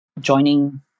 joining